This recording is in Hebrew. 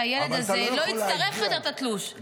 אני רוצה שהילד הזה לא יצטרך יותר את התלוש.